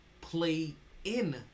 play-in